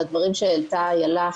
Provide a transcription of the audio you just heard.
לדברים שהעלתה אילה,